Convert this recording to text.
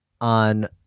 on